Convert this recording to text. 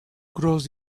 cross